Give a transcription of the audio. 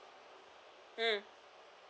hmm